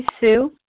Sue